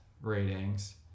ratings